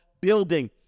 building